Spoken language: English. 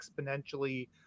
exponentially